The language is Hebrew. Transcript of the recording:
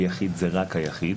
ביחיד זה רק היחיד.